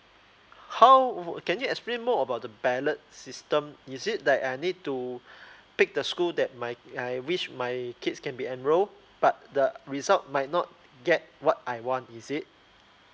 how can you explain more about the ballot system is it like I need to pick the school that my I wish my kids can be enrol but the result might not get what I want is it